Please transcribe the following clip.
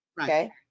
okay